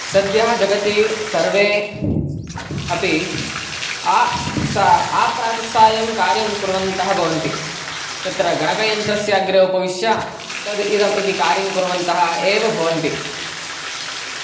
सद्यः जगति सर्वे अपि आ सा आप्रातस्सायं कार्यं कुर्वन्तः भवन्ति तत्र गणकयन्त्रस्य अग्रे उपविश्य तद् इदम् इति कार्यं कुर्वन्तः एव भवन्ति